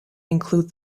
include